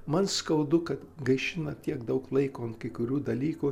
man skaudu kad gaišina tiek daug laiko ant kai kurių dalykų